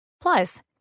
Plus